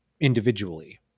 individually